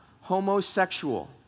homosexual